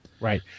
Right